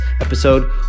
episode